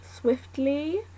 swiftly